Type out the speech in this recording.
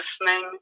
listening